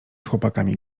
chłopakami